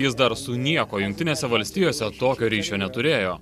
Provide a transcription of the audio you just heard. jis dar su niekuo jungtinėse valstijose tokio ryšio neturėjo